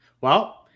Well-